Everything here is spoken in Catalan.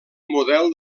model